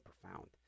profound